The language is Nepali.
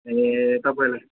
ए तपाईँले